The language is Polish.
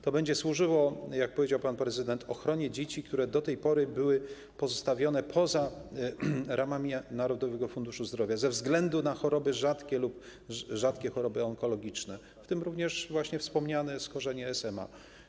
To będzie służyło, jak powiedział pan prezydent, ochronie dzieci, które do tej pory były pozostawione poza ramami Narodowego Funduszu Zdrowia ze względu na choroby rzadkie lub rzadkie choroby onkologiczne, w tym również właśnie wspomniane schorzenie SMA.